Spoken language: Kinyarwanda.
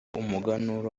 umuganura